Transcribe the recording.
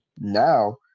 now